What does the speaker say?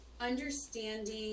understanding